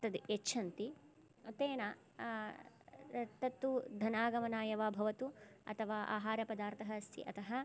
तत् यच्छन्ति तेन तत् तु धनागमनाय वा भवतु अथवा आहारपदार्थः अस्ति अतः